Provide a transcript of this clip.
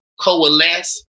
coalesce